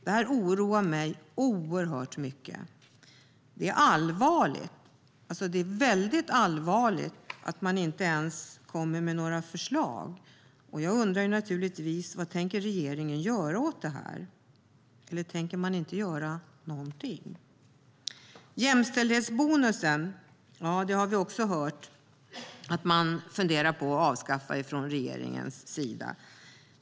Det oroar mig oerhört mycket. Det är väldigt allvarligt att man inte ens kommer med några förslag. Jag undrar naturligtvis: Vad tänker regeringen göra åt detta? Eller tänker man inte göra någonting? Vi har hört att regeringen funderar på att avskaffa jämställdhetsbonusen.